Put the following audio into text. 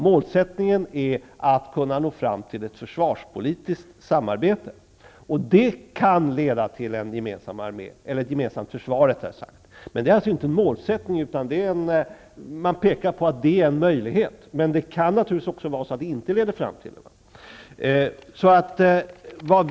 Målsättningen är att kunna nå fram till ett försvarspolitiskt samarbete, vilket kan leda till en gemensam armé, eller rättare sagt: ett gemensamt försvar. Men detta är inte målsättningen, utan man pekar på att det är en möjlighet. Det försvarspolitiska samarbetet kan naturligtvis också leda fram till att det inte blir någon gemensam armé.